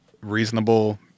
reasonable